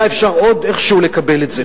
היה אפשר עוד איכשהו לקבל את זה.